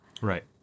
right